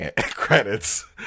Credits